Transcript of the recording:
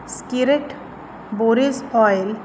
skirt borage oil